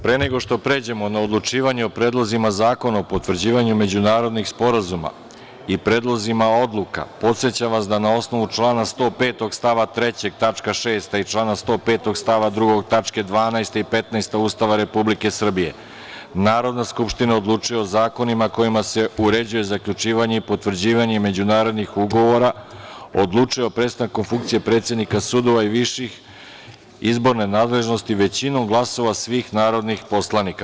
Pre nego što pređemo na odlučivanje o predlozima zakona o potvrđivanju međunarodnih sporazuma i predlozima odluka, podsećam vas da, na osnovu člana 105. stav 3. tačka 6) i člana 105. stav 2. tačke 12) i 15) Ustava Republike Srbije, Narodna skupština odlučuje o zakonima kojima se uređuje zaključivanje i potvrđivanje međunarodnih ugovora, odlučuje o prestanku funkcije predsednika sudova i vrši izborne nadležnosti većinom glasova svih narodnih poslanika.